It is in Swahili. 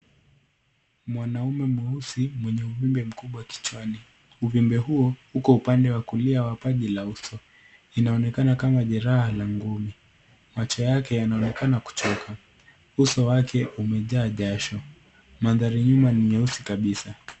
Mwanaume mweusi mwenye uvimbe mkubwa kichwani. Uvimbe huu uko upande wa kulia wa paji la uso. Inaonekana kama jeraha la ngumi. Macjo yake yanaonekana kuchoka. Uos wake umejaa jasho. Mandhari nyuma ni nyeusi kabisa.